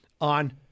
on